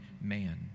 man